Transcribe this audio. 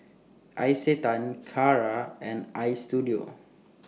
Isetan Kara and Istudio